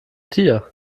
tier